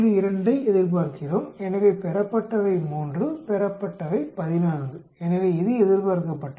2 ஐ எதிர்பார்க்கிறோம் எனவே பெறப்பட்டவை 3 பெறப்பட்டவை 14 எனவே இது எதிர்பார்க்கப்பட்டது